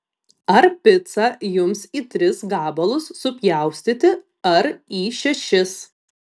ar picą jums į tris gabalus supjaustyti ar į šešis